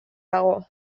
dago